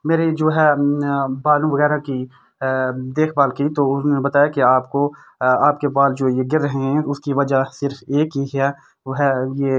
میری جو ہے بالوں وغیرہ کی دیکھ بھال کی تو انہوں نے بتایا کہ آپ کو آپ کے بال جو یہ گر رہے ہیں اس کی وجہ صرف ایک ہی ہے وہ ہے یہ